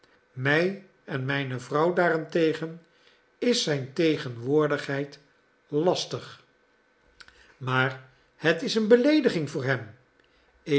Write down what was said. mij en mijne vrouw daarentegen is zijn tegenwoordigheid lastig maar het is een beleediging voor hem